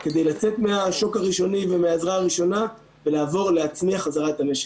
כדי לצאת מהשוק הראשוני ומהעזרה הראשונה ולעבור להצמיח את המשק.